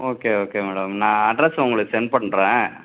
okay okay madam நான் address உங்களுக்கு send பண்ணுறன்